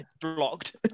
blocked